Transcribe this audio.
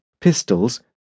pistols